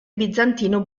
bizantino